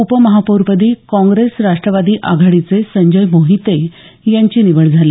उपमहापौरपदी काँग्रेस राष्ट्रवादी आघाडीचे संजय मोहिते यांची निवड झाली